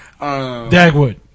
Dagwood